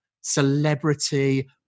celebrity